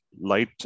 light